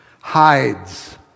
hides